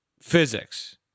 physics